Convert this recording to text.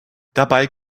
dabei